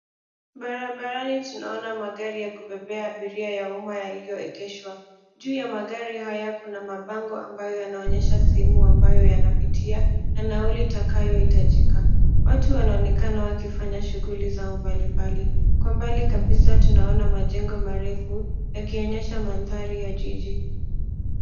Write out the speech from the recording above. Barabarani tunaona magari ya umma ya kubebea abiria yaliyoegeshwa. Juu ya magari haya kuna mabango ambayo yanaonyesha sehemu yanapitia na nauli itakayotajika. Watu wanaonekana wakifanya shughuli zao mbalimbali. Kwa mbali kabisa tunaona majengo marefu yakionyesha mandhari ya jiji.